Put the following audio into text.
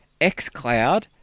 xCloud